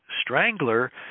Strangler